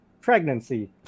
pregnancy